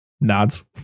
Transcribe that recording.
nods